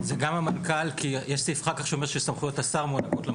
זה גם המנכ"ל כי יש סעיף אחר כך שאומר שסמכויות השר מוענקות למנכ"ל.